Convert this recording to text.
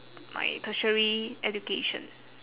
my tertiary education